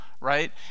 right